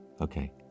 Okay